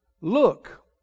Look